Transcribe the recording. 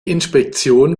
inspektion